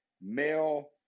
male